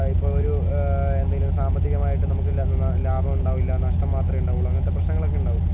ഇപ്പോൾ ഒരു എന്തേലും ഒരു സാമ്പത്തികമായിട്ട് നമുക്ക് ലാഭം ഉണ്ടാവില്ല നഷ്ടം മാത്രമേ ഉണ്ടാവുകയുളളൂ അങ്ങനത്തെ പ്രശ്നങ്ങളൊക്കെ ഉണ്ടാവും